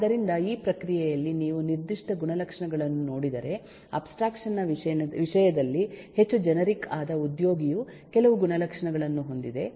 ಆದ್ದರಿಂದ ಆ ಪ್ರಕ್ರಿಯೆಯಲ್ಲಿ ನೀವು ನಿರ್ದಿಷ್ಟ ಗುಣಲಕ್ಷಣಗಳನ್ನು ನೋಡಿದರೆ ಅಬ್ಸ್ಟ್ರಾಕ್ಷನ್ ನ ವಿಷಯದಲ್ಲಿ ಹೆಚ್ಚು ಜೆನೆರಿಕ್ ಆದ ಉದ್ಯೋಗಿಯು ಕೆಲವು ಗುಣಲಕ್ಷಣಗಳನ್ನು ಹೊಂದಿದೆ